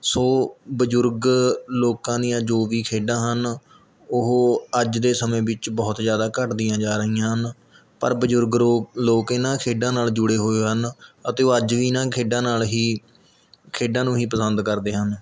ਸੋ ਬਜ਼ੁਰਗ ਲੋਕਾਂ ਦੀਆਂ ਜੋ ਵੀ ਖੇਡਾਂ ਹਨ ਉਹ ਅੱਜ ਦੇ ਸਮੇਂ ਵਿੱਚ ਬਹੁਤ ਜ਼ਿਆਦਾ ਘੱਟਦੀਆਂ ਜਾ ਰਹੀਆਂ ਹਨ ਪਰ ਬਜ਼ੁਰਗ ਰੋਕ ਲੋਕ ਇਹਨਾਂ ਖੇਡਾਂ ਨਾਲ਼ ਜੁੜੇ ਹੋਏ ਹਨ ਅਤੇ ਉਹ ਅੱਜ ਵੀ ਇਹਨਾਂ ਖੇਡਾਂ ਨਾਲ਼ ਹੀ ਖੇਡਾਂ ਨੂੰ ਹੀ ਪਸੰਦ ਕਰਦੇ ਹਨ